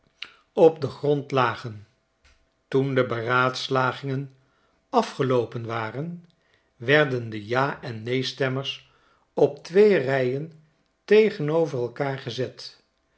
op den grond lagen toen de beraadslagingen afgeloopen waren werden de ja en neen stemmers op twee rijen tegenover elkaar gezet